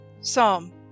Psalm